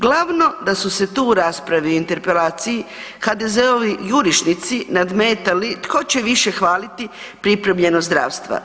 Glavno da su se tu u raspravi interpelaciji HDZ-ovi jurišnici nadmetali tko će više hvaliti pripremljenost zdravstva.